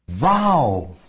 wow